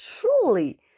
truly